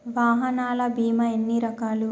వాహనాల బీమా ఎన్ని రకాలు?